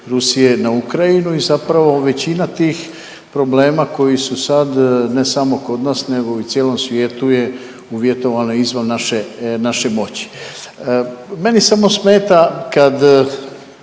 Rusije na Ukrajinu i zapravo većina tih problema koji su sad, ne samo kod nas nego i u cijelom svijetu je uvjetovano izvan naše moći. Meni samo smeta kad